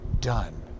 done